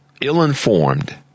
ill-informed